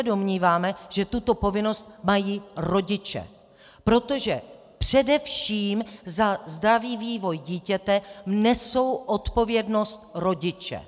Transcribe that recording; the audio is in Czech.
Domníváme se, že tuto povinnost mají rodiče, protože především za zdravý vývoj dítěte nesou odpovědnost rodiče.